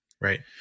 Right